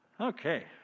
okay